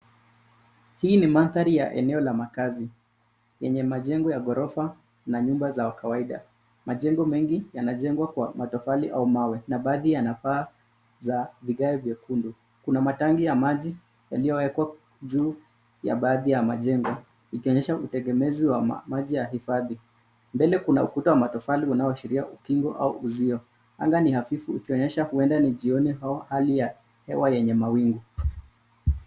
Hii ni mandhari ya eneo la makazi yenye majengo ya gorofa na nyumba za kawaida. Majengo mengi yanajengwa kwa matofali au mawe na baadhi yana paa za vigae vyekundu. Kuna matangi ya maji yaliyowekwa juu ya baadhi ya majengo, ikionyesha utegemezi wa maji ya hifadhi. Mbele kuna ukuta wa matofali unaoashiria ukingo au uzio. Anga ni hafifu ikionyesha huenda ni jioni au hali ya hewa yenye mawingu.